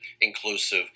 inclusive